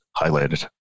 highlighted